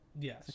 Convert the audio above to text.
Yes